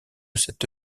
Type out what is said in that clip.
cette